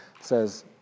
says